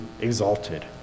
exalted